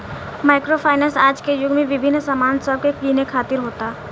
micro finance आज के युग में विभिन्न सामान सब के किने खातिर होता